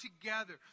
together